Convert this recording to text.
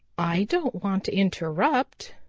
i don't want to interrupt.